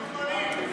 אתם מוזמנים.